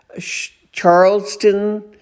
Charleston